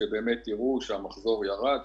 שבאמת יראו שהמחזור ירד,